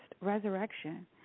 resurrection